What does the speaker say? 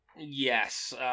Yes